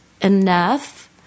enough